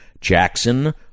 Jackson